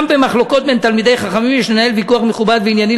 גם במחלוקות בין תלמידי חכמים יש לנהל ויכוח מכובד וענייני